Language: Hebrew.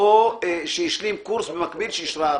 או שהשלים קורס במקביל שאישרה הרשות.